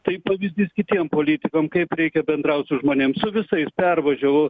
tai pavyzdys kitiem politikam kaip reikia bendraut su žmonėm su visais pervažiavo